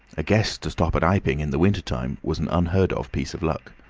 a guest to stop at iping in the wintertime was an unheard-of piece of luck,